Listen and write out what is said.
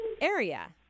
area